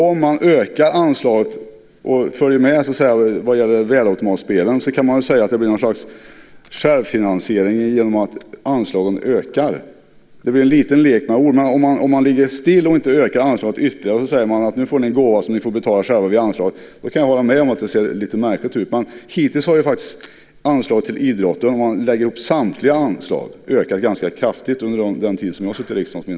Om man ökar anslaget och följer med värdeautomatspelen kan man säga att det blir någon slags självfinansiering genom att anslagen ökar. Det blir en liten lek med ord. Om man ligger still och inte ökar anslaget ytterligare säger man: Nu får ni en gåva som ni får betala själva vid anslaget. Jag kan hålla med om att det ser lite märkligt ut. Men hittills har anslagen till idrotten om man lägger ihop samtliga anslag ökat ganska kraftigt åtminstone under den tid som jag suttit i riksdagen.